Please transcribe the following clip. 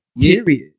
Period